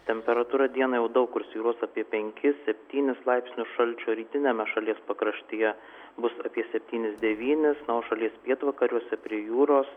temperatūra dieną jau daug kur svyruos apie penkis septynis laipsnius šalčio rytiniame šalies pakraštyje bus apie septynis devynis na o šalies pietvakariuose prie jūros